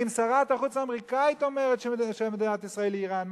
אם שרת החוץ האמריקנית אומרת שמדינת ישראל היא אירן,